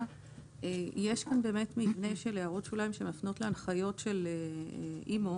יש מבנה של הערות שוליים שמנחות להנחיות של אימ"ו.